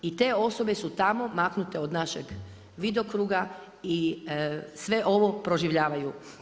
I te osobe su tamo maknute od našeg vidokruga i sve ovo proživljavaju.